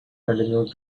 continued